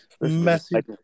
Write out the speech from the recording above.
massive